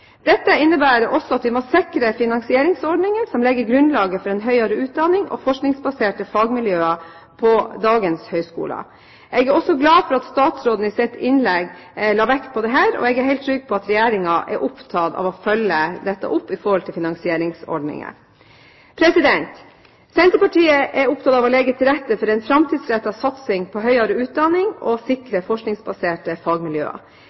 Dette innebærer også at vi må sikre finansieringsordninger som legger grunnlaget for en høyere utdanning og forskningsbaserte fagmiljøer på dagens høyskoler. Jeg er glad for at statsråden i sitt innlegg la vekt på dette, og jeg er helt trygg på at Regjeringen er opptatt av å følge dette opp i forhold til finansieringsordninger. Senterpartiet er opptatt av å legge til rette for en framtidsrettet satsing på høyere utdanning, og sikre forskningsbaserte fagmiljøer.